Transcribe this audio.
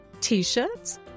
t-shirts